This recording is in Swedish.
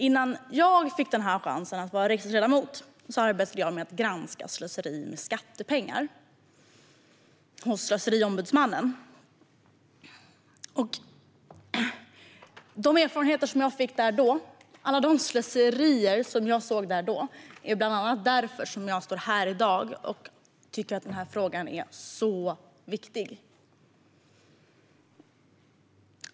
Innan jag fick chansen att vara riksdagsledamot arbetade jag på Slöseriombudsmannen med att granska slöseri med skattepengar. Det är bland annat på grund av de erfarenheter som jag fick där och alla de slöserier som jag såg då som jag står här i dag och tycker att den här frågan är så viktig.